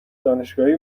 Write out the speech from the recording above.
دانشگاهی